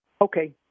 Okay